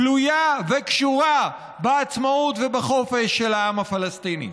תלויה וקשורה בעצמאות ובחופש של העם הפלסטיני.